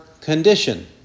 condition